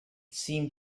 seemed